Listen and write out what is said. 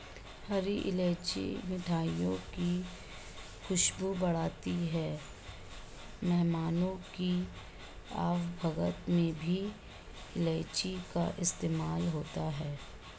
हरी इलायची मिठाइयों की खुशबू बढ़ाती है मेहमानों की आवभगत में भी इलायची का इस्तेमाल होता है